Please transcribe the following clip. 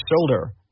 shoulder